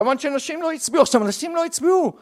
אבל אנשים לא הצביעו, עכשיו אנשים לא הצביעו!